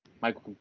Michael